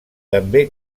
també